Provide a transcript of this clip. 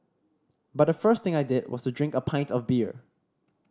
but the first thing I did was to drink a pint of beer